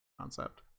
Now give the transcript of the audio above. concept